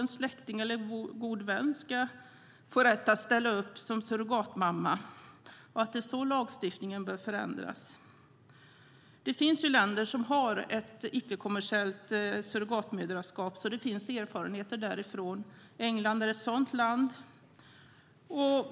En släkting eller en god vän ska få rätt att ställa upp som surrogatmamma, och det är så lagstiftningen bör förändras. Det finns länder som har ett icke-kommersiellt surrogatmoderskap, så det finns erfarenheter därifrån. England är ett sådant land.